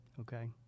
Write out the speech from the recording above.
okay